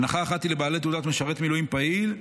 הנחה אחת היא לבעלי תעודת משרת מילואים פעיל,